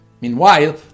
Meanwhile